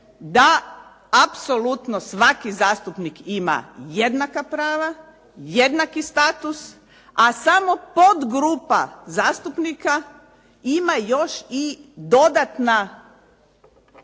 da apsolutno svaki zastupnik ima jednaka prava, jednaki status, a samo podgrupa zastupnika ima još i dodatna